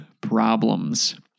problems